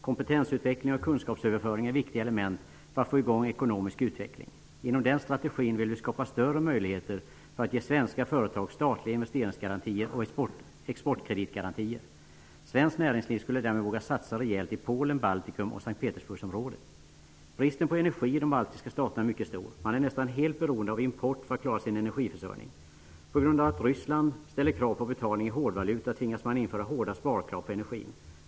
Kompetensutveckling och kunskapsöverföring är viktiga element för att få i gång ekonomisk utveckling. Genom den strategin vill vi skapa större möjligheter för svenska företag att få statliga investeringsgarantier och exportkreditgarantier. Svenskt näringsliv skulle därmed våga satsa rejält i Polen, Baltikum och Bristen på energi i de baltiska staterna är mycket stor. Man är nästan helt beroende av import för att klara sin energiförsörjning. På grund av att Ryssland ställer krav på betalning i hårdvaluta tvingas man införa hårda sparkrav på energin.